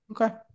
okay